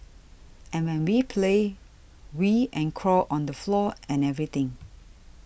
and when we play we and crawl on the floor and everything